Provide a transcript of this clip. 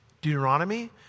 Deuteronomy